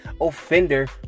offender